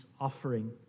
offering